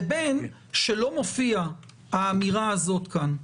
לבין שלא מופיעה האמירה הזאת כאן.